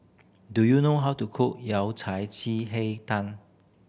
do you know how to cook Yao Cai ji hei tang